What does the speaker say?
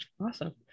awesome